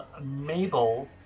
Mabel